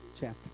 chapter